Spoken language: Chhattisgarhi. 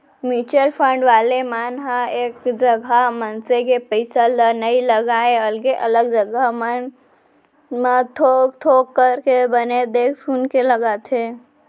म्युचुअल फंड वाले मन ह एक जगा मनसे के पइसा ल नइ लगाय अलगे अलगे जघा मन म थोक थोक करके बने देख सुनके लगाथे